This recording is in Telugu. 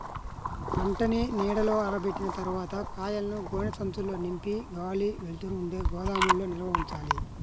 పంటని నీడలో ఆరబెట్టిన తర్వాత కాయలను గోనె సంచుల్లో నింపి గాలి, వెలుతురు ఉండే గోదాముల్లో నిల్వ ఉంచాలి